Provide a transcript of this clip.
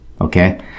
Okay